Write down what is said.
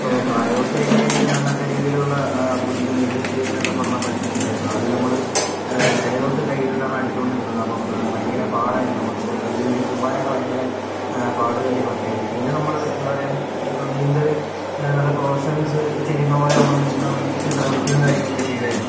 ഇപ്പോൾ പ്രായപൂർത്തി ആയി കഴിഞ്ഞ് കഴിഞ്ഞാൽ ഞാൻ നല്ല രീതിയിലുള്ള പുതിയ നീന്തൽ ശൈലി എന്നൊക്കെ പറഞ്ഞാൽ പഠിച്ചിട്ടുണ്ടായിരുന്നു ആദ്യം നമ്മള് മേലോട്ട് കയ്യിട്ടിട്ടാണ് അടിച്ചോണ്ട് ഇരുന്നത് അപ്പം ഭയങ്കര പാടായിരുന്നു നമുക്കും നീന്തി പോകാനൊക്കെ ഭയങ്കര പാട് കാര്യങ്ങളൊക്കെ ആയിരുന്നു പിന്നെ നമ്മള് എന്താ പറയുക ഇപ്പോൾ നീന്തല് നല്ല പ്രൊഫഷണൽസ് ചെയ്യുന്നത് പോലെ നമ്മള് നീന്താൻ വേണ്ടിയിട്ട് ശ്രമിക്കും കാര്യങ്ങളൊക്കെ ചെയ്തായിരുന്നു